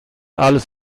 alles